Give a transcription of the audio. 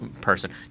person